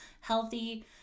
healthy